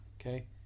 Okay